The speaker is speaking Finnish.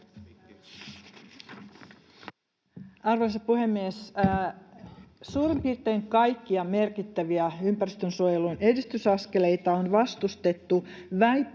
Arvoisa puhemies! Suurin piirtein kaikkia merkittäviä ympäristönsuojelun edistysaskeleita on vastustettu